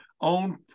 own